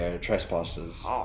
trespassers